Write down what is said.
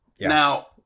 Now